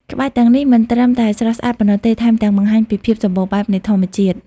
ក្បាច់ទាំងនេះមិនត្រឹមតែស្រស់ស្អាតប៉ុណ្ណោះទេ ថែមទាំងបង្ហាញពីភាពសម្បូរបែបនៃធម្មជាតិ។